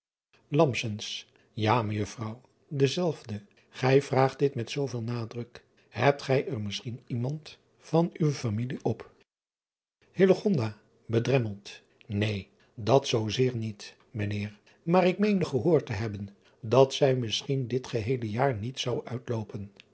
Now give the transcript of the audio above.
a ejuffrouw dezelfde ij vraagt dit met zooveel nadruk ebt gij er misschien iemand van uwe familie op edremmeld een dat zoo zeer niet ijnheer maar ik meende gehoord te hebben dat zij misschien dit geheele jaar niet zou uitloopen